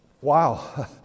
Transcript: wow